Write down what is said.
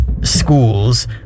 schools